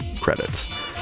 credits